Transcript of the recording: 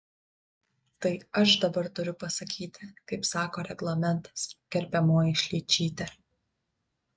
tai aš dabar turiu pasakyti kaip sako reglamentas gerbiamoji šličyte